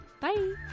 Bye